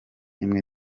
imwe